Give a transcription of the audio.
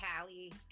Callie